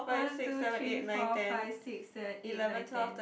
one two three four five six seven eight nine ten